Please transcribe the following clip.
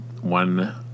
one